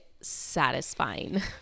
satisfying